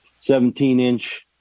17-inch